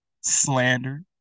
slander